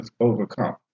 overcome